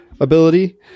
ability